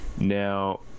Now